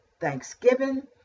Thanksgiving